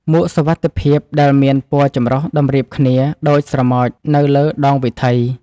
មួកសុវត្ថិភាពដែលមានពណ៌ចម្រុះតម្រៀបគ្នាដូចស្រមោចនៅលើដងវិថី។